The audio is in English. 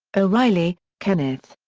o'reilly, kenneth.